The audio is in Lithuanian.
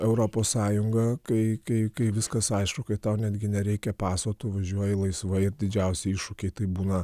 europos sąjunga kai kai kai viskas aišku kai tau netgi nereikia paso tu važiuoji laisvai ir didžiausi iššūkiai tai būna